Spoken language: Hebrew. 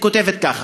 היא כותבת ככה: